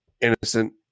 innocent